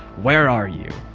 where are you,